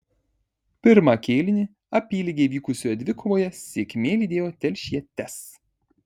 pirmą kėlinį apylygiai vykusioje dvikovoje sėkmė lydėjo telšietes